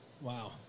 Wow